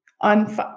on